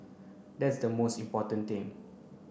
that's the most important thing